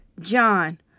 John